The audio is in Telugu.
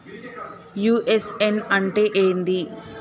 యు.ఎ.ఎన్ అంటే ఏంది?